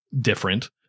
different